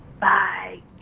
Bye